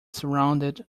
surrounded